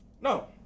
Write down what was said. No